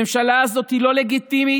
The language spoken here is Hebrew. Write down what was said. הממשלה הזאת היא לא לגיטימית,